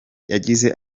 yagize